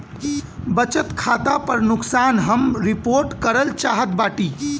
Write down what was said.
बचत खाता पर नुकसान हम रिपोर्ट करल चाहत बाटी